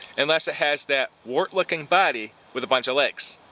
unless it has that wart looking body with a bunch of legs.